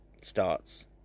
starts